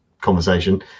conversation